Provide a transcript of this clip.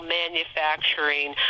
manufacturing